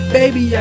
baby